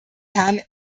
herrn